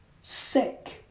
sick